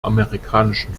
amerikanischen